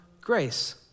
grace